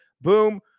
Boom